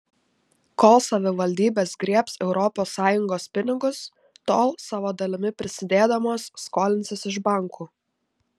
kol savivaldybės griebs europos sąjungos pinigus tol savo dalimi prisidėdamos skolinsis iš bankų